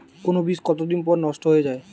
কোন বীজ কতদিন পর নষ্ট হয়ে য়ায়?